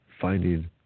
Finding